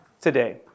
today